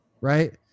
Right